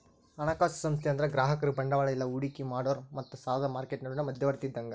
ಹಣಕಾಸು ಸಂಸ್ಥೆ ಅಂದ್ರ ಗ್ರಾಹಕರು ಬಂಡವಾಳ ಇಲ್ಲಾ ಹೂಡಿಕಿ ಮಾಡೋರ್ ಮತ್ತ ಸಾಲದ್ ಮಾರ್ಕೆಟ್ ನಡುವಿನ್ ಮಧ್ಯವರ್ತಿ ಇದ್ದಂಗ